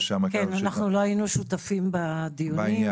לא היינו שותפים בדיונים.